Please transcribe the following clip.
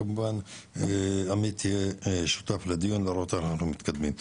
כמובן עמית יהיה שותף לדיון על מנת לראות איך אנחנו מתקדמים.